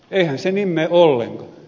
eihän se niin mene ollenkaan